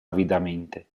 avidamente